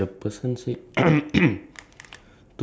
we got about seven and a half more minute